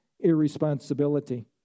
irresponsibility